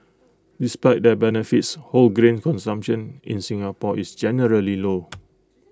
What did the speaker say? despite their benefits whole grain consumption in Singapore is generally low